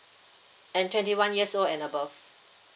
and twenty one years old and above